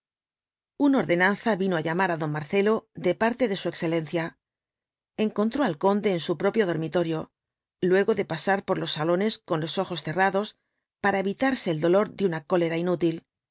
ün ordenanza vino á llamar á don marcelo de parte de su excelencia encontró al conde en su propio dormitorio luego de pasar por los salones con los ojos cerrados para evitarse el dolor de una cólera inútil